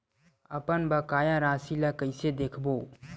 अपन बकाया राशि ला कइसे देखबो?